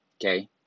Okay